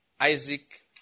Isaac